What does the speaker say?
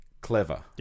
clever